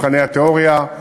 מבחני התיאוריה.